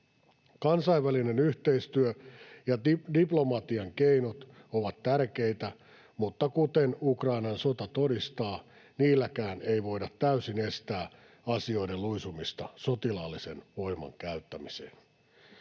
Kansainvälinen yhteistyö ja diplomatian keinot ovat tärkeitä, mutta kuten Ukrainan sota todistaa, niilläkään ei voida täysin estää asioiden luisumista sotilaallisen voiman käyttämiseen.